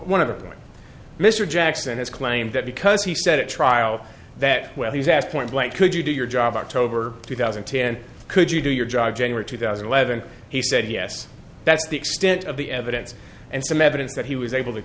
one of them mr jackson has claimed that because he said at trial that when he was asked point blank could you do your job october two thousand and ten could you do your job january two thousand and eleven he said yes that's the extent of the evidence and some evidence that he was able to